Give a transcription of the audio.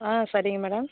ஆ சரிங்க மேடம்